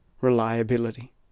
reliability